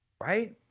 right